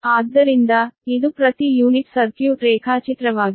ಆದ್ದರಿಂದ ಇದು ಪ್ರತಿ ಯೂನಿಟ್ ಸರ್ಕ್ಯೂಟ್ ರೇಖಾಚಿತ್ರವಾಗಿದೆ